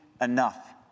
enough